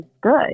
good